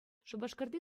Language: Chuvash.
шупашкарти